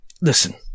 Listen